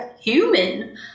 human